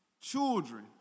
children